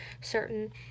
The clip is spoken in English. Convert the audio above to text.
certain